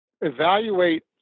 Evaluate